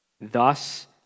thus